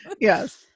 yes